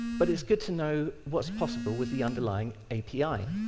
but it's good to know what is possible with the underlying api,